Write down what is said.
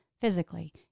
physically